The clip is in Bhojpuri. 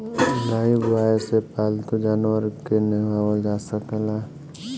लाइफब्वाय से पाल्तू जानवर के नेहावल जा सकेला